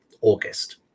August